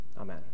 Amen